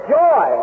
joy